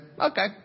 Okay